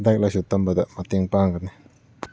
ꯂꯥꯏꯔꯤꯛ ꯂꯥꯏꯁꯨ ꯇꯝꯕꯗ ꯃꯇꯦꯡ ꯄꯥꯛꯒꯅꯤ